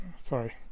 Sorry